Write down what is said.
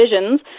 visions